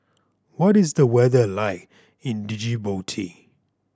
what is the weather like in Djibouti